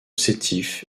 sétif